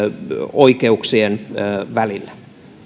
oikeuksien välillä